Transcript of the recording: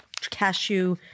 cashew